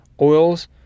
oils